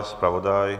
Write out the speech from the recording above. Zpravodaj?